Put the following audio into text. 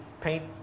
paint